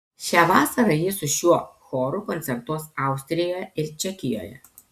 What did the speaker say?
šią vasarą ji su šiuo choru koncertuos austrijoje ir čekijoje